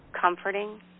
comforting